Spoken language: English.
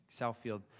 Southfield